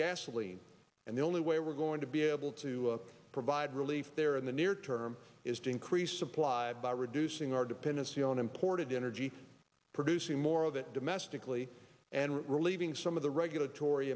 gasoline and the only way we're going to be able to provide relief there in the near term is to increase supply by reducing our dependency on imported energy producing more of it domestically and relieving some of the regulatory